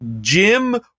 Jim